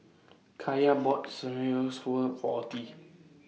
Kaya bought For Ottie